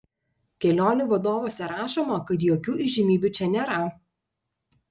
kelionių vadovuose rašoma kad jokių įžymybių čia nėra